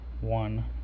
one